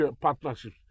partnership